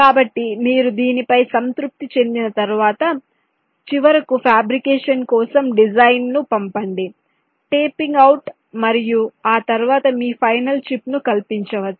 కాబట్టి మీరు దీనిపై సంతృప్తి చెందిన తర్వాత చివరకు ఫ్యాబ్రికేషన్ కోసం డిజైన్ను పంపండి టేపింగ్ అవుట్ మరియు ఆ తర్వాత మీ ఫైనల్ చిప్ను కల్పించవచ్చు